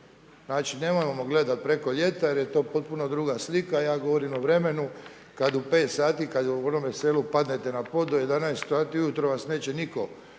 Znači nemojmo gledati preko ljeta jer je to potpuno druga slika, ja govorim o vremenu kad u 5 sati, kad u onome selu padnete na pod, do 11 sati vas neće nitko vidjeti,